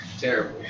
terrible